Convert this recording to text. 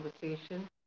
conversation